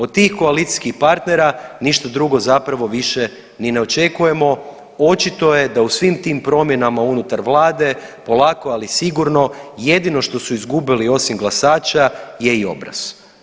Od tih koalicijskih partnera ništa drugo zapravo ni ne očekujemo, očito je da u svim tim promjenama unutar vlade polako ali sigurno jedino što su izgubili osim glasača je i obraz.